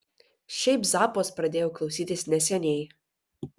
šiaip zappos pradėjau klausytis neseniai